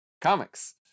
comics